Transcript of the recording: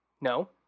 No